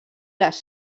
les